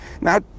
Now